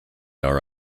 are